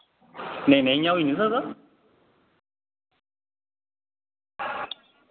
नेईं नेईं इयां होई निं सकदा